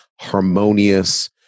harmonious